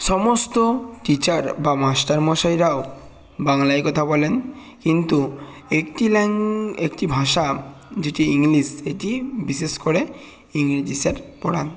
সমস্ত টিচার বা মাস্টার মশাইরাও বাংলায় কথা বলেন কিন্তু একটি একটি ভাষা যেটি ইংলিশ এটি বিশেষ করে ইংরেজি স্যার পড়ান